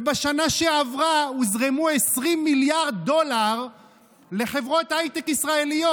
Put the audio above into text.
ובשנה שעברה הוזרמו 20 מיליארד דולר לחברות הייטק ישראליות,